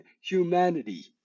humanity